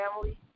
family